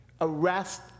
arrest